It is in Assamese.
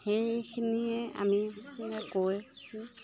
সেইখিনিয়ে আমি গৈ